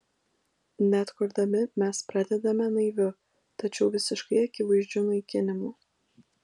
net kurdami mes pradedame naiviu tačiau visiškai akivaizdžiu naikinimu